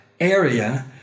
area